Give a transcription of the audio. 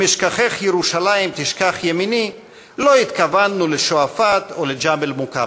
אשכחך ירושלים תשכח ימיני" לא התכווננו לשועפאט או לג'בל-מוכאבר.